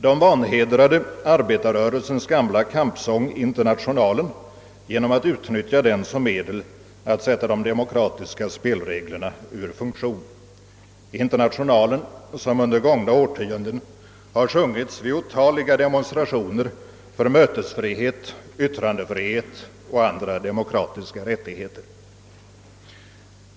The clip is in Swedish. De vanhedrade arbetarrörelsens gamla kampsång Internationalen genom att utnyttja den som medel att sätta de demokratiska spelreglerna ur funktion — Internationalen som under gångna årtionden har sjungits vid otaliga demonstrationer för mötesfrihet, yttrandefrihet och andra demokratiska rättigheter.